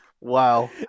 Wow